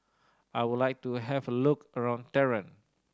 I would like to have a look around Tehran